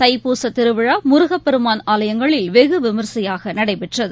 தைப்பூச திருவிழாமுருகப் பெருமான் ஆலயங்களில் வெகுவிமரிசையாகநடடபெற்றது